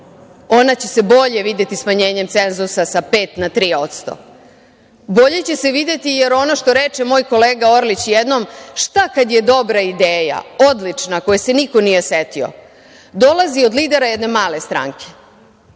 ona će se bolje videti smanjenjem cenzusa sa 5% na 3%. Bolje će se videti, jer ono što reče moj kolega Orlić jednom – šta kad je dobra ideja, odlična, koje se niko nije setio, dolazi od lidera jedne male stranke,